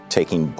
Taking